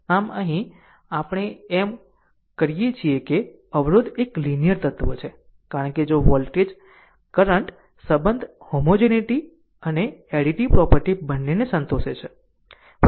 આમ આમ આપણે એમ કરી શકીએ કે અવરોધ એક લીનીયર તત્વ છે કારણ કે જો વોલ્ટેજ કરંટ સંબંધ હોમોજેનીટી અને એડીટીવ પ્રોપર્ટી બંનેને સંતોષે છે